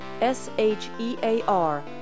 S-H-E-A-R